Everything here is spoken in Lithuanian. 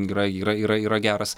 gera yra yra yra geras